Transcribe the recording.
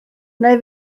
nai